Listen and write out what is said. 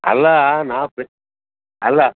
ಅಲ್ಲ ನಾವು ಸ್ ಅಲ್ಲ